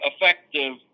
effective